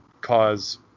cause